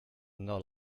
not